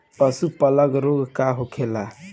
पशु प्लग रोग का होखेला?